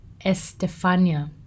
Estefania